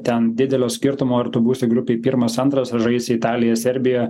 ten didelio skirtumo ar tu būsi grupėj pirmas antras a žaisi italija serbija